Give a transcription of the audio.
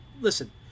listen